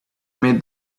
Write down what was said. made